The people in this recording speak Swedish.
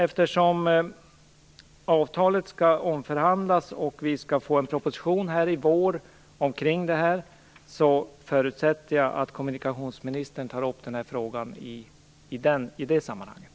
Eftersom avtalet skall omförhandlas, och riksdagen skall få en proposition om detta i vår, förutsätter jag att kommunikationsministern tar upp den här frågan i det sammanhanget.